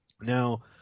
Now